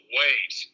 wait